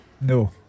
No